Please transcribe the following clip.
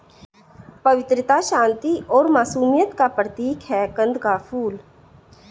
पवित्रता, शांति और मासूमियत का प्रतीक है कंद का फूल